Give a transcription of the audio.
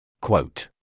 Quote